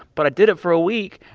but i did it for a week,